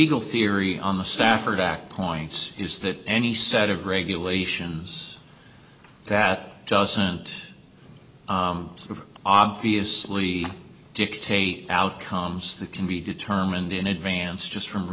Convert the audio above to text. legal theory on the stafford act points is that any set of regulations that doesn't obviously dictate outcomes that can be determined in advance just from